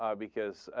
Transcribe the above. um because ah.